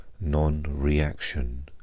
non-reaction